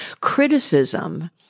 Criticism